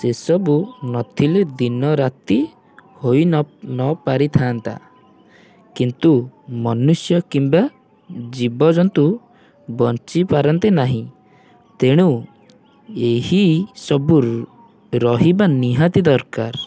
ଏସବୁ ନଥିଲେ ଦିନ ରାତି ହୋଇ ନ ନ ପାରିଥାନ୍ତା କିନ୍ତୁ ମନୁଷ୍ୟ କିମ୍ବା ଜୀବଜନ୍ତୁ ବଞ୍ଚି ପାରନ୍ତେ ନାହିଁ ତେଣୁ ଏହି ସବୁ ରହିବା ନିହାତି ଦରକାର